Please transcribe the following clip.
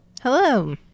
hello